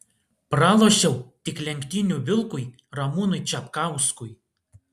pralošiau tik lenktynių vilkui ramūnui čapkauskui